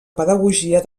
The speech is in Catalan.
pedagogia